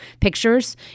pictures